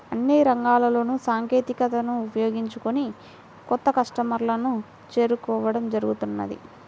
అన్ని రంగాల్లోనూ సాంకేతికతను ఉపయోగించుకొని కొత్త కస్టమర్లను చేరుకోవడం జరుగుతున్నది